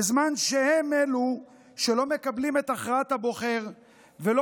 בזמן שהם אלו שלא מקבלים את הכרעת הבוחר ולא